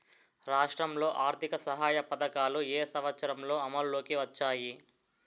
రాష్ట్రంలో ఆర్థిక సహాయ పథకాలు ఏ సంవత్సరంలో అమల్లోకి వచ్చాయి?